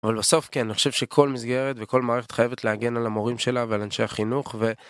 אבל בסוף כן אני חושב שכל מסגרת וכל מערכת חייבת להגן על המורים שלה ועל אנשי החינוך ו.